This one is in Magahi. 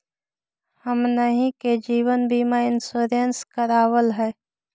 हमनहि के जिवन बिमा इंश्योरेंस करावल है?